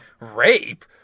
rape